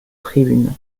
tribune